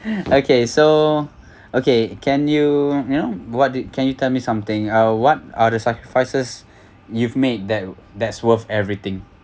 okay so okay can you you know what did can you tell me something uh what are the sacrifices you've made that that's worth everything